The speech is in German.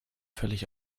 völlig